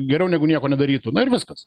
geriau negu nieko nedarytų na ir viskas